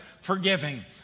forgiving